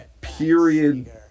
period